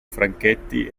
franchetti